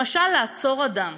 למשל לעצור אדם,